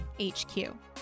HQ